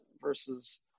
versus